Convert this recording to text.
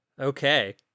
Okay